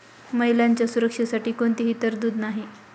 महिलांच्या सुरक्षेसाठी कोणतीही तरतूद नाही